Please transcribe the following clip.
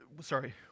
Sorry